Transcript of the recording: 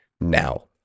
now